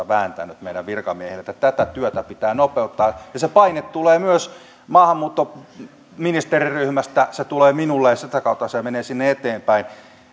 vääntänyt meidän virkamiehillemme että tätä työtä pitää nopeuttaa se paine tulee myös maahanmuuttoministeriryhmästä se tulee minulle ja sitä kautta se menee sinne eteenpäin